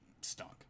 stunk